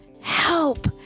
Help